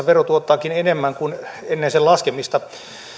vero tuottaakin enemmän kuin ennen sen laskemista